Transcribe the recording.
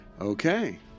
Okay